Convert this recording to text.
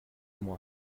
mois